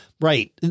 Right